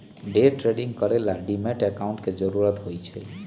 day trading करे ला demat account के जरूरत होई छई